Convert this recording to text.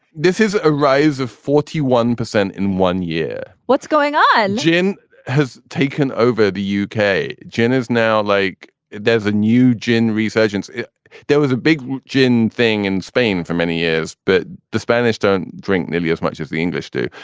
this is a rise of forty one percent in one year. what's going on? gin has taken over the uk. gin is now like there's a new gin resurgence. there was a big gin thing in spain for many years, but the spanish don't drink nearly as much as the english do.